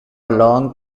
long